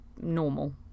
normal